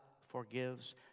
forgives